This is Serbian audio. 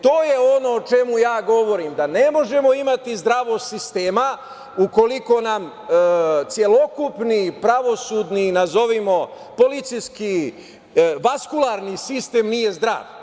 To je ono o čemu ja govorim da ne možemo imati zdravog sistema ukoliko nam celokupni, pravosudni, nazovimo, policijski vaskularni sistem nije zdrav.